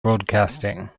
broadcasting